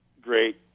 great